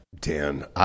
Dan